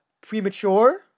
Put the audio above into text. premature